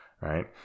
right